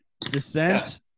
descent